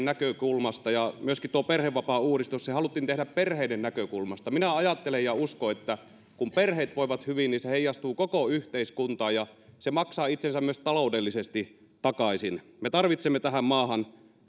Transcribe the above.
näkökulmasta myöskin perhevapaauudistus haluttiin tehdä perheiden näkökulmasta minä ajattelen ja uskon että kun perheet voivat hyvin niin se heijastuu koko yhteiskuntaan ja se maksaa itsensä myös taloudellisesti takaisin me tarvitsemme tähän maahan